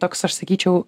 toks aš sakyčiau